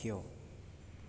Tokyo